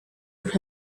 would